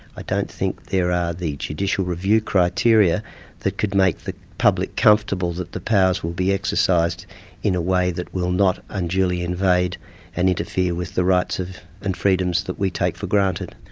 i don't think there are the judicial review criteria that could make the public comfortable that the powers will be exercised in a way that will not unduly invade and interfere with the rights and freedoms that we take for granted.